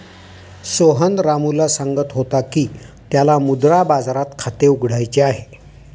सोहन रामूला सांगत होता की त्याला मुद्रा बाजारात खाते उघडायचे आहे